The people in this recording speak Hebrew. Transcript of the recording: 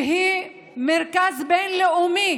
היא מרכז בין-לאומי